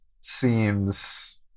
seems